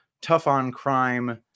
tough-on-crime